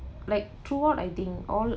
like throughout I think all